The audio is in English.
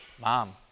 Mom